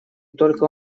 только